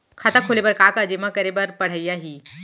खाता खोले बर का का जेमा करे बर पढ़इया ही?